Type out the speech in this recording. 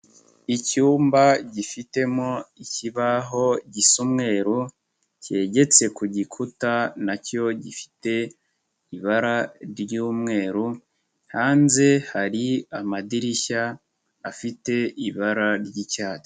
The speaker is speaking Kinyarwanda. Icyumba gifitemo ikibaho gisa umweru kegetse ku gikuta nacyo gifite ibara ry'umweru hanze hari amadirishya afite ibara ry'icyatsi.